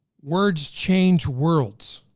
words change worlds.